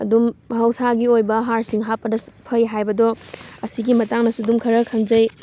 ꯑꯗꯨꯝ ꯃꯍꯧꯁꯥꯒꯤ ꯑꯣꯏꯕ ꯍꯥꯔꯁꯤꯡ ꯍꯥꯞꯄꯗ ꯐꯩ ꯍꯥꯏꯕꯗꯣ ꯑꯁꯤꯒ ꯃꯇꯥꯡꯗꯁꯨ ꯑꯗꯨꯝ ꯈꯪꯖꯩ